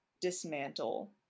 dismantle